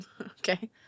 Okay